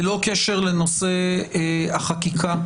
ללא קשר לנושא החקיקה,